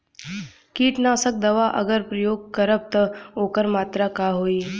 कीटनाशक दवा अगर प्रयोग करब त ओकर मात्रा का होई?